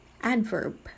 adverb